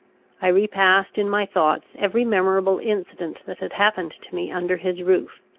i repassed in my thoughts every memorable incident that had happened to me under his roof.